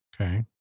Okay